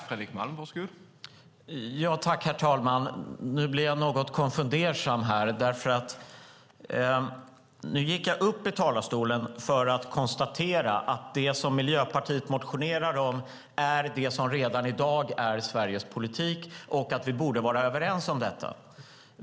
Herr talman! Nu blir jag något konfunderad. Jag gick upp i talarstolen för att konstatera att det som Miljöpartiet motionerar om är det som redan i dag är Sveriges politik, och att vi borde vara överens om detta.